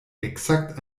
exakt